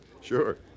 sure